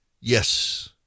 yes